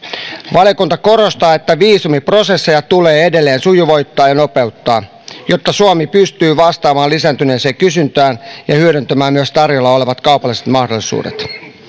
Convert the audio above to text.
valiokunta korostaa että viisumiprosesseja tulee edelleen sujuvoittaa ja nopeuttaa jotta suomi pystyy vastaamaan lisääntyneeseen kysyntään ja hyödyntämään myös tarjolla olevat kaupalliset mahdollisuudet